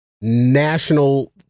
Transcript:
national